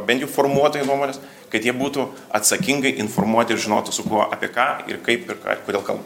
bent jau formuotojai nuomonės kad jie būtų atsakingai informuoti ir žinotų su kuo apie ką ir kaip ir ką ir kodėl kalba